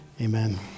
Amen